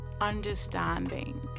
understanding